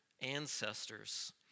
ancestors